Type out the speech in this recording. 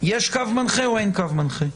קו מנחה או אין קו מנחה?